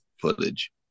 footage